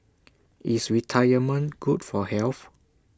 is retirement good for health